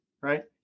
right